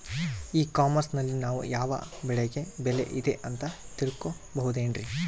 E commerce ನಲ್ಲಿ ನಾವು ಯಾವ ಬೆಳೆಗೆ ಬೆಲೆ ಇದೆ ಅಂತ ತಿಳ್ಕೋ ಬಹುದೇನ್ರಿ?